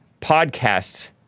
podcasts